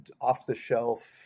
off-the-shelf